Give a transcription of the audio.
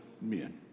men